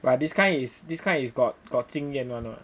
but this kind is this kind is got got 经验 [one] [what]